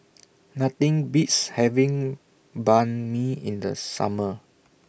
Nothing Beats having Banh MI in The Summer